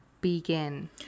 Begin